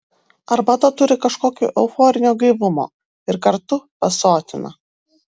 arbata turi kažkokio euforinio gaivumo ir kartu pasotina